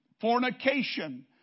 fornication